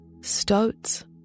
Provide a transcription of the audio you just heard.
stoats